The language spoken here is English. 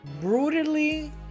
brutally